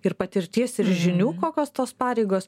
ir patirties ir žinių kokios tos pareigos